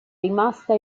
rimasta